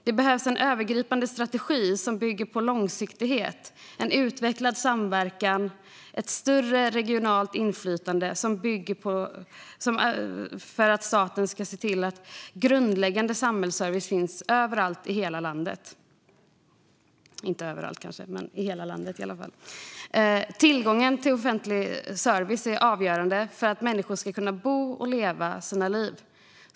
Det behövs en övergripande strategi som bygger på långsiktighet, en utvecklad samverkan och ett större regionalt inflytande för att staten ska se till att grundläggande samhällsservice finns i hela landet. Tillgången till offentlig service är avgörande för att människor ska kunna bo och leva sina liv.